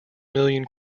million